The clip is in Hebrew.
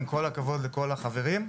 עם כל הכבוד לכל החברים,